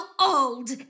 old